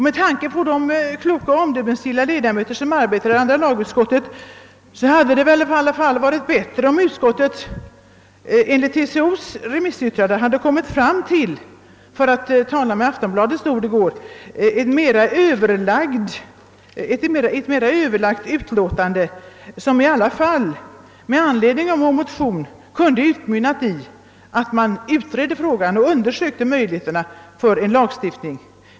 Med tanke på de kloka och omdömesgilla ledamöter som arbetar i andra lagutskottet hade det väl varit bättre om utskottet enligt TCO:s remissyttrande hade kommit fram till — för att använda Aftonbladets ord från i går — ett mera överlagt utlåtande som med anledning av vår motion kunde ha utmynnat i att man utredde frågan och undersökte möjligheterna för en lagstiftning.